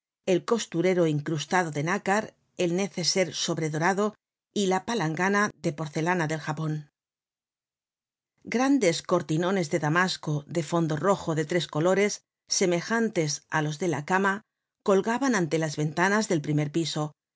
el costurero incrustado de nácar el neceser sobredorado y la palangana de porcelana del japon grandes cortinones de damasco de fondo rojo de tres colores semejantes á los de la cama colgaban ante las ventanas del primer piso en